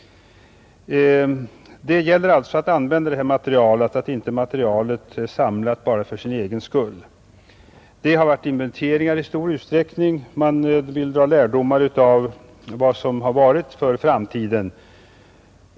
Det gäller alltså att använda detta material, inte bara samla det för dess egen skull. Det har varit inventeringar i stor utsträckning, man vill för framtiden dra lärdomar av vad som har förevarit.